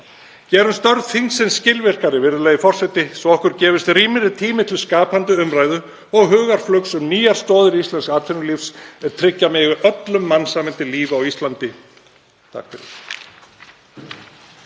Gerum störf þingsins skilvirkari, virðulegi forseti, svo okkur gefist rýmri tími til skapandi umræðu og hugarflugs um nýjar stoðir íslensks atvinnulífs svo tryggja megi öllum mannsæmandi líf á Íslandi. SPEECH_END